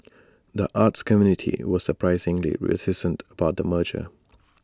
the arts community was surprisingly reticent about the merger